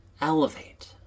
elevate